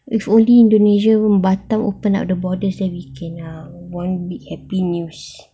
if only indonesia batam open up the borders that we can uh one big happy news